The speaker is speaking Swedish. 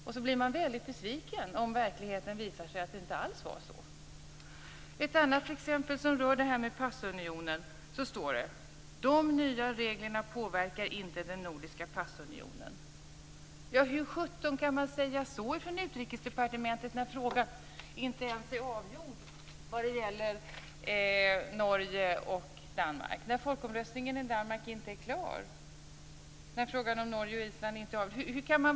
Sedan blir man väldigt besviken om verkligheten visar att det inte alls var så. Ett annat exempel rör passunionen. Där står det: De nya reglerna påverkar inte den nordiska passunionen. Hur sjutton kan man säga så från Utrikesdepartementet, när frågan inte ens är avgjord vad gäller Norge och Danmark, när folkomröstningen i Danmark inte är klar, när frågan om Norge och Island inte är avgjord?